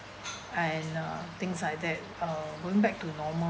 and uh things like that uh going back to normal